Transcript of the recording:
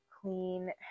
clean